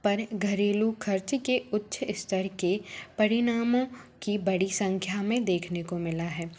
पर घरेलू खर्च के उच्च स्तर के परिणामों की बड़ी संख्या में देखने को मिला है